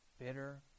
bitter